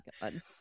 God